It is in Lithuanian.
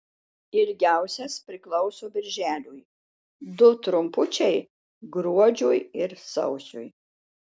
ilgiausias priklauso birželiui du trumpučiai gruodžiui ir sausiui